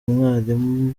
mwari